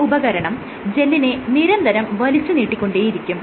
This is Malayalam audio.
ഈ ഉപകരണം ജെല്ലിനെ നിരന്തരം വലിച്ചുനീട്ടിക്കൊണ്ടേയിരിക്കും